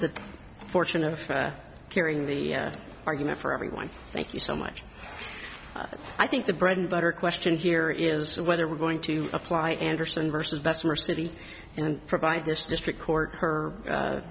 the fortune of carrying the argument for everyone thank you so much but i think the bread and butter question here is whether we're going to apply andersen versus bessemer city and provide this district court her